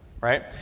right